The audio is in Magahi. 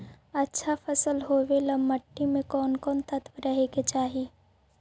अच्छा फसल होबे ल मट्टी में कोन कोन तत्त्व रहे के चाही?